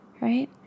right